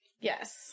Yes